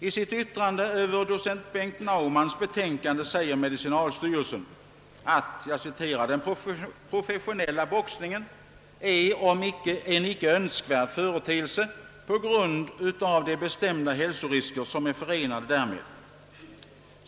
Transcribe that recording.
I sitt yttrande över docent Bengt Naumanns betänkande säger medicinalstyrelsen, att »den professionella boxningen är en icke önskvärd företeelse på grund av de bestämda hälsorisker, som är förenade därmed.